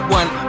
one